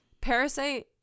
parasite